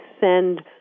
send